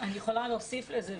אני יכולה להוסיף לזה.